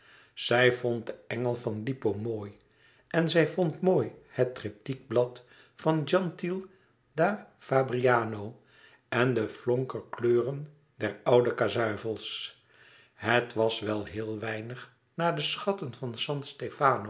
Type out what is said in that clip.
zij vond den engel van lippo mooi en zij vond mooi het tryptiekblad van gentile da fabriano en de flonkerkleuren der oude kazuifels het was wel heel weinig na de schatten van san